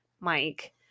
Mike